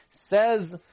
says